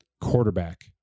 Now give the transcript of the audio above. quarterback